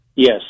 Yes